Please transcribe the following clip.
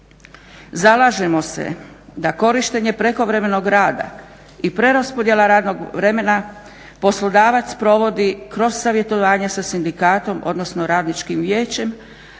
Zalažemo se da korištenje prekovremenog rada i preraspodjela radnog vremena poslodavac provodi kroz savjetovanje sa sindikatom, odnosno Radničkim vijećem,